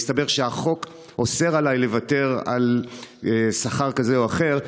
ומסתבר שהחוק אוסר עליי לוותר על שכר כזה או אחר.